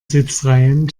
sitzreihen